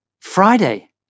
Friday